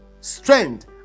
strength